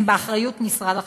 הם באחריות משרד החקלאות,